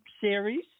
Series